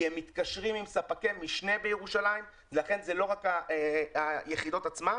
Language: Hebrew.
כי הם מתקשרים עם ספקי משנה בירושלים לכן זה לא רק היחידות עצמן,